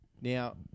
Now